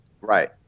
Right